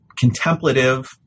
contemplative